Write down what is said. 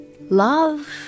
love